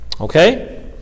Okay